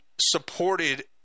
supported